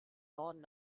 norden